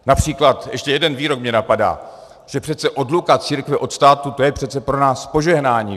Například ještě jeden výrok mě napadá, že přece odluka církve od státu, to je přece pro nás požehnání.